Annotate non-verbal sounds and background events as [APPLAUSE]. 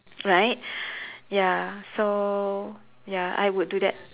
right [BREATH] ya so ya I would do that